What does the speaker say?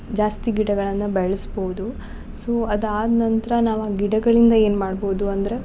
ಜಾಸ್ತಿ ಗಿಡಗಳನ್ನು ಬೆಳೆಸ್ಬೋದು ಸೊ ಅದಾದ ನಂತರ ನಾವು ಆ ಗಿಡಗಳಿಂದ ಏನು ಮಾಡ್ಬೋದು ಅಂದರೆ